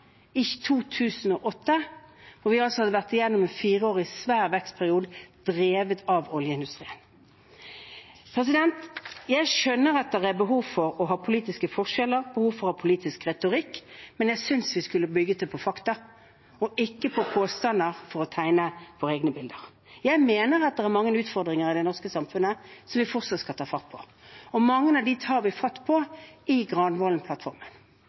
toppåret 2008, da vi hadde vært igjennom en fireårig, svær vekstperiode, drevet av oljeindustrien. Jeg skjønner at det er behov for å ha politiske forskjeller, behov for å ha politisk retorikk, men jeg synes vi skulle bygget det på fakta, og ikke på påstander for å tegne våre egne bilder. Jeg mener at det er mange utfordringer i det norske samfunnet som vi fortsatt skal ta fatt på. Mange av dem tar vi fatt på i